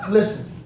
Listen